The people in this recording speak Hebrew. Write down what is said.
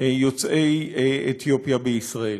יוצאי אתיופיה בישראל.